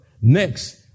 Next